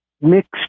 mixed